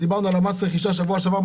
דיברנו על מס הרכישה שבוע שעבר,